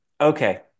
Okay